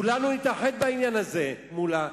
כולנו נתאחד מאחורי העניין הזה, חבר הכנסת מולה.